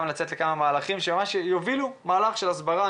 לצאת לכמה מהלכים שיובילו מהלך של הסברה,